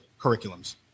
curriculums